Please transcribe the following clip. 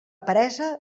peresa